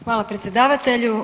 Hvala predsjedavatelju.